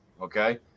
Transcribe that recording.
Okay